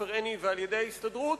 עופר עיני ועל-ידי ההסתדרות,